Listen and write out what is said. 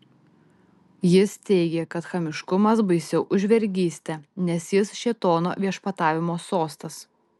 jis teigė kad chamiškumas baisiau už vergystę nes jis šėtono viešpatavimo sostas